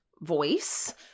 voice